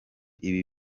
ibi